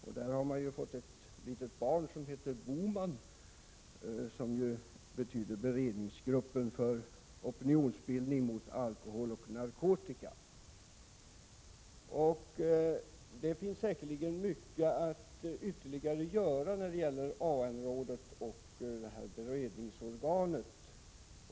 Jag vill här nämna att AN-rådet så att säga har fått ett litet barn som heter BOMAN - beredningsgruppen för opinionsbildning mot alkohol och narkotika. Säkerligen kan man göra mycket mera genom AN-rådet och nämnda beredningsorgan.